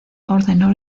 ordenó